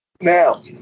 now